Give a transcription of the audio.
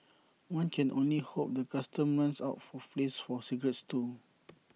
one can only hope the Customs runs out for place for cigarettes too